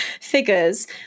figures